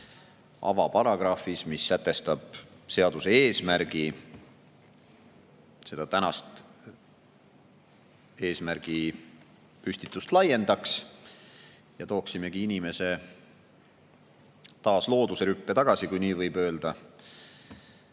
avaparagrahvis, mis sätestab seaduse eesmärgi, tänast eesmärgi püstitust laiendaksime ja tooksime inimese looduse rüppe tagasi, kui nii võib öelda,